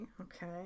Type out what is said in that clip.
Okay